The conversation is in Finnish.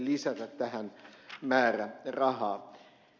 lisätä tähän määrärahaa